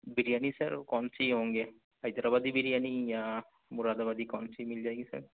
biryani sir کون سی ہوں گے حیدرآبادی بریانی یا مراد آبادی کون سی مل جائے گی سر